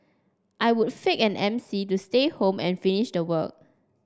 I would fake an M C to stay home and finish the work